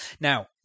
Now